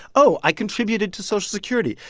oh, i contributed to social security.